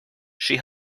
she